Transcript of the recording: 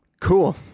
Cool